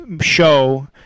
show